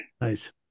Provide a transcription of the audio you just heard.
Nice